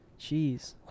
Jeez